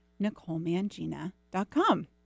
NicoleMangina.com